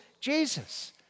Jesus